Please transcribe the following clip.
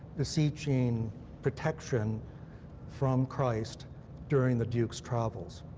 beseeching protection from christ during the duke's travels.